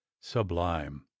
sublime